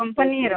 କମ୍ପାନୀର